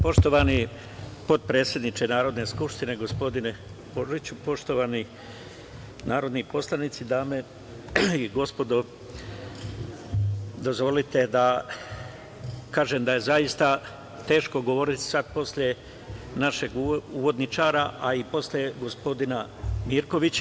Poštovani potpredsedniče Narodne skupštine, gospodine Orliću, poštovani narodni poslanici, dame i gospodo, dozvolite da kažem da je zaista teško govoriti posle našeg uvodničara, a i posle gospodina Mirkovića.